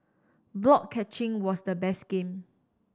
block catching was the best game